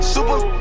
Super